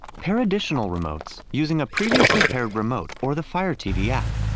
pair additional remotes using a previously paired remote or the fire tv app.